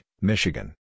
Michigan